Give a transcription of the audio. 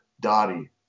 Dottie